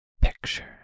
picture